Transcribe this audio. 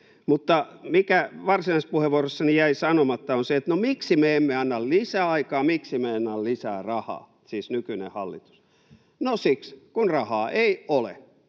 Mutta mikä varsinaisessa puheenvuorossani jäi sanomatta, on se, että no, miksi me emme anna lisää aikaa, miksi me emme anna lisää rahaa, siis nykyinen hallitus. No siksi, kun rahaa ei ole.